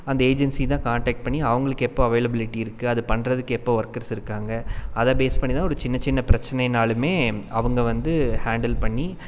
அந்த ஏஜென்சி தான் காண்டெக்ட் பண்ணி அவங்களுக்கு எப்போ அவேலபிலிட்டி இருக்குது அதை பண்ணுறதுக்கு எப்போ ஒர்க்கர்ஸ் இருக்காங்க அதை பேஸ் பண்ணி தான் ஒரு சின்ன சின்ன பிரச்சனைனாலுமே அவங்க வந்து ஹேண்டில் பண்ணி